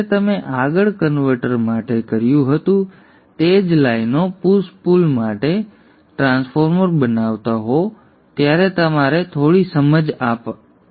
જ્યારે તમે આગળ કન્વર્ટર માટે કર્યું હતું તે જ લાઇનો સાથે પુશ પુલ ટ્રાન્સફોર્મર બનાવતા હો ત્યારે આ તમને થોડી સમજ આપશે